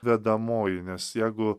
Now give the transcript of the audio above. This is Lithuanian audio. dedamoji nes jegu